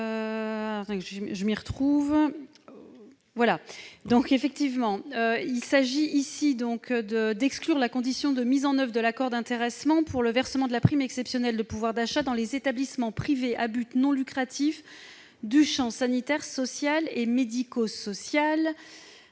il s'agit d'exclure la condition de mise en oeuvre d'un accord d'intéressement pour le versement de la prime exceptionnelle de pouvoir d'achat dans les établissements privés à but non lucratif du champ sanitaire, social et médico-social.